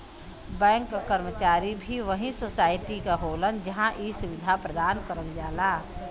bank क कर्मचारी भी वही सोसाइटी क होलन जहां इ सुविधा प्रदान करल जाला